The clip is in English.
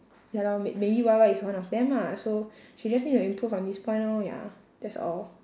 ya lor may~ maybe Y_Y is one of them ah so she just need to improve on this point lor ya that's all